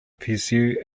pursue